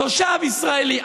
תושב ישראלי,